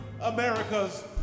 America's